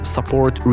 Support